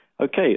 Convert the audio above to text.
Okay